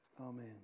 Amen